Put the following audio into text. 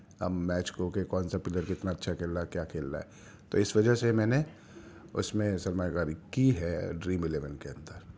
اب میچ کو کہ کون سا پلیئر کتنا اچھا کھیل رہا ہے کیا کھیل رہا ہے تو اِس وجہ سے میں نے اُس میں سرمایہ کاری کی ہے ڈریم الیون کے اندر